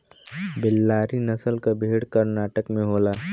बेल्लारी नसल क भेड़ कर्नाटक में होला